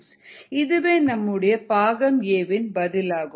இதுவே நம்முடைய பாகம் a வின் பதிலாகும்